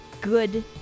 good